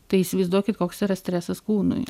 tai įsivaizduokit koks yra stresas kūnui